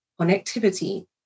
connectivity